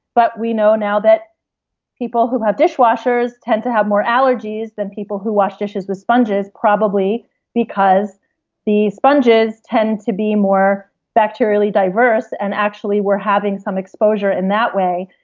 but we know now that people who have dishwashers tend to have more allergies than people who wash dishes with sponges probably because the sponges tend to be more bacterially diverse. and actually, we're having some exposure in that way.